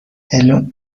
دلم